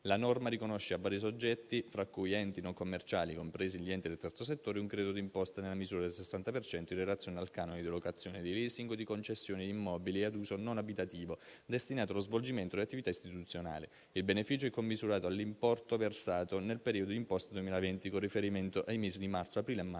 La norma riconosce a vari soggetti, fra cui enti non commerciali, compresi gli enti del terzo settore, un credito d'imposta nella misura del 60 per cento in relazione al canone di locazione, di *leasing* o di concessione di immobili ad uso non abitativo destinati allo svolgimento di attività istituzionali. Il beneficio è commisurato all'importo versato nel periodo d'imposta 2020 con riferimento ai mesi di marzo, aprile e maggio.